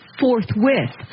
forthwith